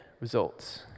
results